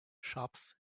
shops